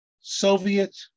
Soviet